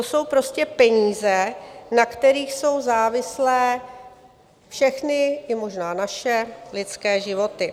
To jsou prostě peníze, na kterých jsou závislé všechny i možná naše lidské životy.